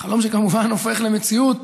חלום שכמובן הופך למציאות